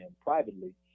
privately